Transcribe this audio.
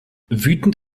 wütend